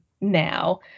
now